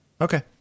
Okay